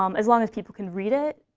um as long as people can read it,